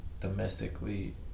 domestically